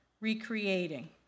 recreating